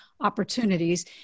opportunities